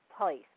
place